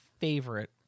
favorite